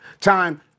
time